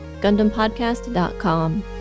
gundampodcast.com